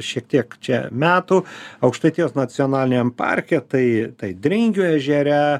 šiek tiek čia metų aukštaitijos nacionaliniame parke tai tai dringio ežere